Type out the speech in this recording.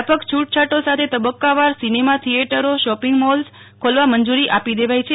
વ્યાપક છૂટછૂટો સાથે તબકકાવાર સિનેમા થિયેટરો શોપિંગ મોલ ખોલવાની મંજૂરો આપી દવાઈ છે